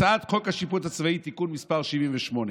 הצעת חוק השיפוט הצבאי (תיקון מס' 78):